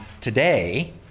today